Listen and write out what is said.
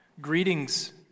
Greetings